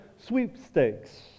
sweepstakes